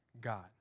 God